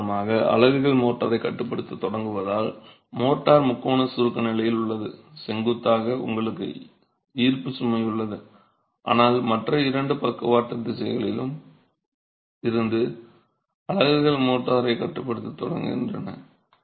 இதன் காரணமாக அலகுகள் மோர்டாரை கட்டுப்படுத்தத் தொடங்குவதால் மோர்டார் முக்கோண சுருக்க நிலையில் உள்ளது செங்குத்தாக உங்களுக்கு ஈர்ப்பு சுமை உள்ளது ஆனால் மற்ற இரண்டும் பக்கவாட்டு திசைகளில் இருந்து அலகுகள் மோர்டாரை கட்டுப்படுத்தத் தொடங்குகின்றன